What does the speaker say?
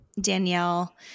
Danielle